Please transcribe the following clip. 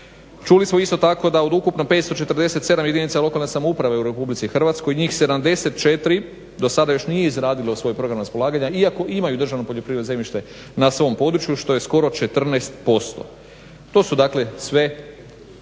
Čuli smo isto tako da od ukupno 547 jedinica lokalne samouprave u RH, njih 74 do sada još nije izradilo svoj program raspolaganja iako imaju državno poljoprivredno zemljište na svom području što je skoro 14%. To su dakle sve